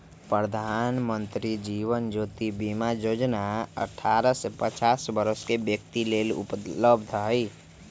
प्रधानमंत्री जीवन ज्योति बीमा जोजना अठारह से पचास वरस के व्यक्तिय लेल उपलब्ध हई